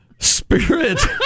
Spirit